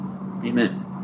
Amen